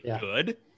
good